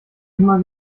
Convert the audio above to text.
immer